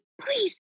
Please